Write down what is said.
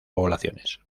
poblaciones